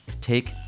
take